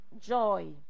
joy